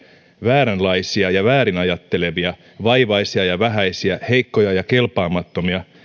vääränlaisia ja väärin ajattelevia vaivaisia ja vähäisiä heikkoja ja kelpaamattomia